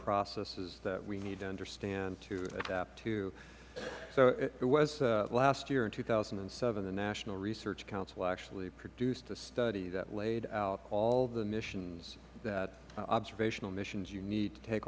processes that we need to understand to adapt to so it was last year in two thousand and seven the national research council actually produced a study that laid out all the missions that observational missions you need to take